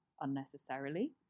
unnecessarily